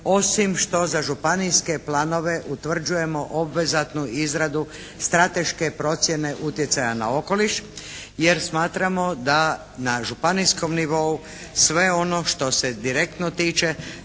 osim što za županijske planove utvrđujemo obvezatnu izradu strateške procjene utjecaja na okoliš, jer smatramo da na županijskom nivou sve ono što se direktno tiče